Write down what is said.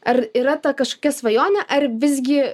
ar yra ta kažkokia svajonė ar visgi